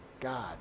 God